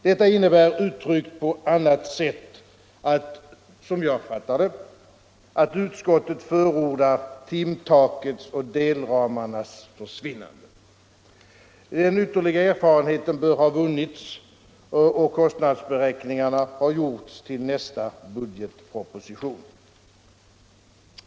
Detta innebär, uttryckt på annat sätt, som jag fattar det att utskottet förordar timtakets och delramarnas försvinnande. Den ytterligare erfarenheten bör ha vunnits och kostnadsberäkningarna ha gjorts till nästa budgetproposition.